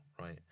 right